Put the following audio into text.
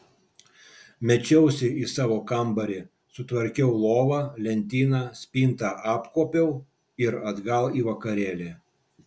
mečiausi į savo kambarį sutvarkiau lovą lentyną spintą apkuopiau ir atgal į vakarėlį